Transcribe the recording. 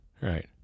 Right